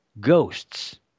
ghosts